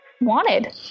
wanted